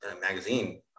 magazine